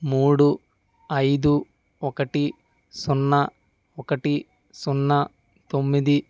మూడు ఐదు ఒకటి సున్నా ఒకటి సున్నా తొమ్మిది